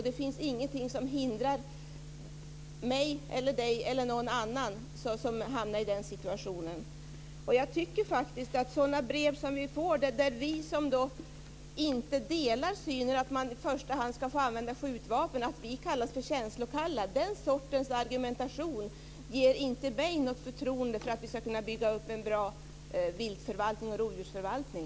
Det finns ingenting som hindrar mig, Eskil Erlandsson eller någon annan som hamnar i en sådan situation att göra det. Vi som inte delar synen att man i första hand ska få använda skjutvapen får brev där vi kallas för känslokalla. Den sortens argumentation inger mig inte tron att vi ska kunna bygga upp en bra viltförvaltning och rovdjursförvaltning.